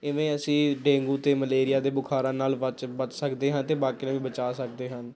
ਇਵੇਂ ਅਸੀਂ ਡੇਂਗੂ ਅਤੇ ਮਲੇਰੀਆ ਦੇ ਬੁਖਾਰਾਂ ਨਾਲ ਵਾਚਕ ਬਚ ਸਕਦੇ ਹਾਂ ਅਤੇ ਬਾਕੀਆਂ ਨੂੰ ਵੀ ਬਚਾ ਸਕਦੇ ਹਨ